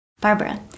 Barbara